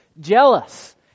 jealous